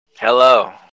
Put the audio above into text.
Hello